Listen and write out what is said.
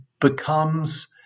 becomes